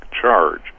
charge